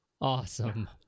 awesome